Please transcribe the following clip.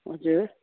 हजुर